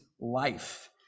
life